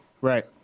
Right